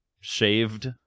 shaved